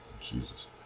Jesus